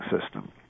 system